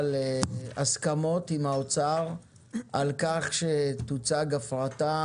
הסכמות עם האוצר על כך שתוצג הפרטה